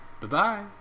Bye-bye